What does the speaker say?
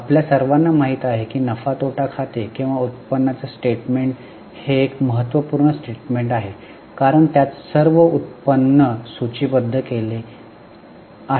आपल्या सर्वांना माहिती आहे की नफा तोटा खाते किंवा उत्पन्नाचे स्टेटमेंट हे एक महत्त्वपूर्ण स्टेटमेंट आहे कारण त्यात सर्व उत्पन्न सूची बद्ध केले आहे